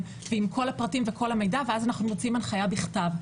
ועם כל הפרטים וכל המידע ואז אנחנו מוציאים הנחיה בכתב.